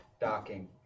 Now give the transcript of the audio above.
docking